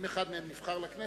אם אחד מהם נבחר לכנסת,